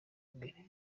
imbere